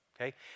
okay